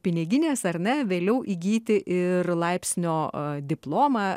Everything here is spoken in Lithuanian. piniginės ar ne vėliau įgyti ir laipsnio diplomą